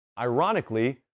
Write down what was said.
Ironically